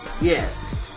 Yes